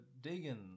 digging